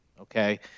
Okay